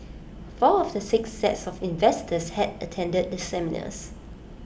four of the six sets of investors had attended the seminars